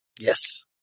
Yes